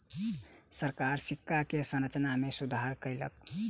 सरकार सिक्का के संरचना में सुधार कयलक